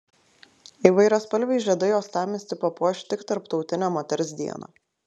įvairiaspalviai žiedai uostamiestį papuoš tik tarptautinę moters dieną